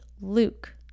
Luke